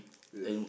yes